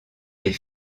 les